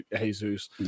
Jesus